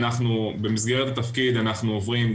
במסגרת התפקיד אנחנו עוברים,